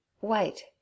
Wait